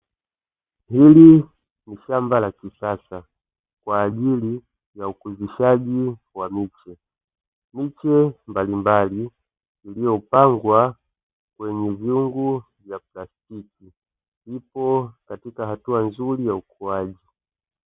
Hili ni shamba la kisasa kwa ajili ya ukuzishaji wa miche. Miche mbalimbali iliyopangwa kwenye vyungu vya plastiki ipo katika hatua nzuri ya ukuaji.